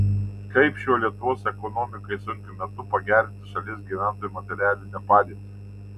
kaip šiuo lietuvos ekonomikai sunkiu metu pagerinti šalies gyventojų materialinę padėtį